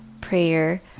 prayer